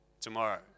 tomorrow